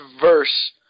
verse